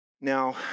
Now